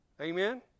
Amen